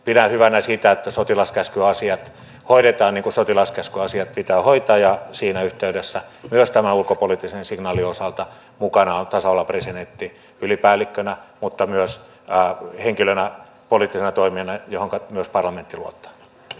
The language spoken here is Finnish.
pidän hyvänä sitä että sotilaskäskyasiat hoidetaan niin kuin sotilaskäskyasiat pitää hoitaa ja siinä yhteydessä myös tämän ulkopoliittisen signaalin osalta mukana on tasavallan presidentti ylipäällikkönä mutta myös henkilönä poliittisena toimijana johonka myös parlamentti luottaa